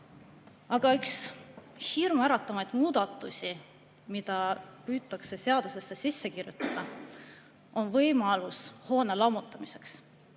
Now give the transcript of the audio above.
Aga üks hirmuäratavamaid muudatusi, mida püütakse seadusesse sisse kirjutada, on võimalus hoone lammutamiseks,